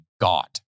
god